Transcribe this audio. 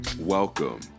welcome